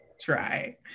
Try